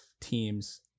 teams